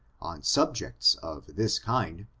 on subjects of this kind,